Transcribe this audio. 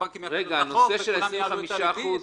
הבנקים יפרו את החוק וכולם יעלו את הריבית.